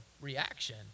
reaction